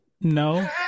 No